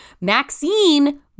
Maxine